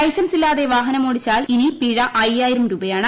licence ഇല്ലാതെ വാഹനമോടിച്ചാൽ ഇനി പിഴ അയ്യായിരം രൂപയാണ്